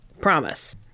promise